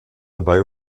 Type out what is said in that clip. dabei